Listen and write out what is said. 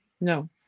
No